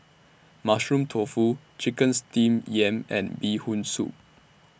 Mushroom Tofu Chicken Steamed Yam and Bee Hoon Soup